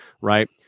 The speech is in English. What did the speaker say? right